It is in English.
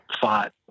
fought